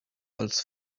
als